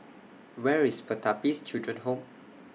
Where IS Pertapis Children Home